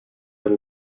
that